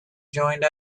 joined